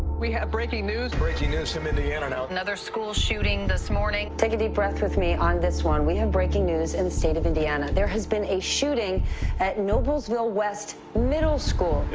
we have breaking news breaking news from indiana now another school shooting this morning take a deep breath with me on this one. we have breaking news in the state of indiana. there has been a shooting at noblesville west middle school.